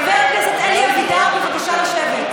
חבר הכנסת אלי אבידר, בבקשה לשבת.